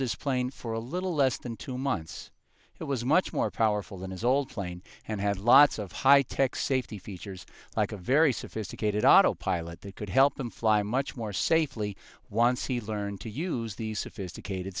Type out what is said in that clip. this plane for a little less than two months it was much more powerful than his old plane and had lots of high tech safety features like a very sophisticated autopilot that could help him fly much more safely once he learned to use these sophisticated